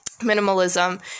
Minimalism